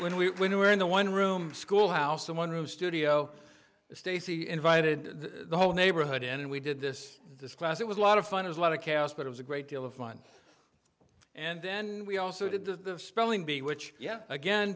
she when we were in the one room schoolhouse in one room studio stacy invited the whole neighborhood in and we did this this class it was a lot of fun as a lot of chaos but it was a great deal of fun and then we also did the spelling bee which yeah again